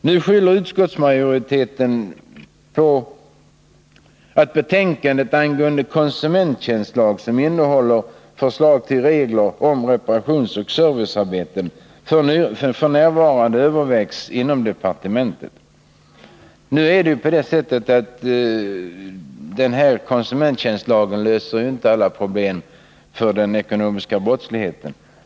Nu skyller utskottsmajoriteten på att betänkandet angående konsumenttjänstlag, som innehåller förslag till regler om reparationsoch servicearbeten, f. n. övervägs inom departementet. Men konsumenttjänstlagen löser ju inte alla problem i fråga om den ekonomiska brottsligheten.